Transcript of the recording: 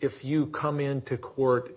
if you come into court when